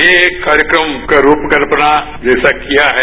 ये एक कार्यक्रम का रूप कत्पना जैसा किया है